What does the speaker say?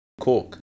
cork